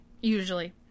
Usually